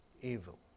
evil